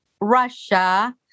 Russia